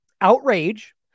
Outrage